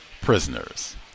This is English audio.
prisoners